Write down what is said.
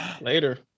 Later